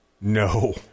No